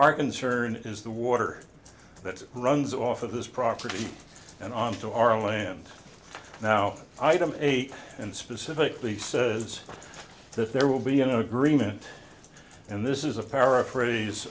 our concern is the water that runs off of this property and onto our land now item eight and specifically says that there will be an agreement and this is a paraphrase